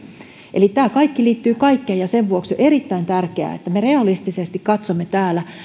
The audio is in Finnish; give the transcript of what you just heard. eli tämä kaikki liittyy kaikkeen ja sen vuoksi on erittäin tärkeää että me realistisesti katsomme